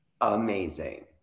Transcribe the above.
Amazing